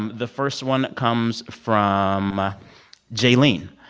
um the first one comes from jailene.